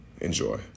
Enjoy